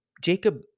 Jacob